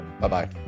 Bye-bye